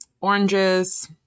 oranges